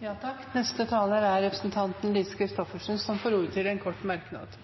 Representanten Lise Christoffersen har hatt ordet to ganger tidligere og får ordet